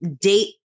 Date